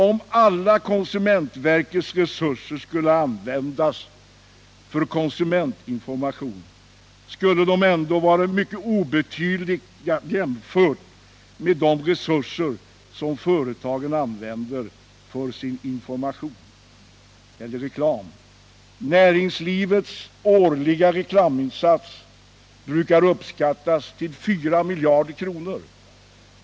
Om alla konsumentverkets resurser skulle användas för konsumentinformation, skulle de ändå vara mycket obetydliga jämfört med de resurser som företagen använder för sin information och reklam. Näringslivets årliga reklaminsats brukar uppskattas till 4 miljarder kronor.